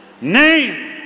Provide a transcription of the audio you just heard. name